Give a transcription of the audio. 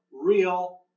real